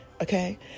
okay